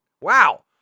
Wow